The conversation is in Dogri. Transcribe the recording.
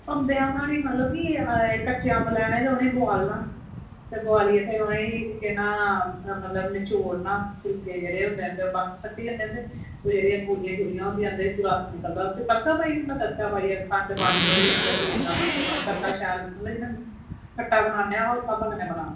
अम्बें दा माह्नी की कच्चे अम्ब लैने ते उनेंगी बोआलना ते बोआलियै फिर उनेंगी केह् नां ओह् मतलब की नचोड़ना फिर फरूके गेदे होंदे बक्ख कड्ढी ओड़ने ते ओह् जेह्ड़ियां गुल्लियां होंदियां ओह्दे चा रस निकलदा उस उसगी पक्का पाई ओड़ने ते ओह्दे चा खंड पाई ओड़नी ते ओह्दे मतलब नमक भरता शैल खट्टा बनाने ते इस स्हाबै कन्नै बनाना